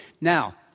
Now